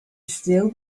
still